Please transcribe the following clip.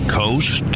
coast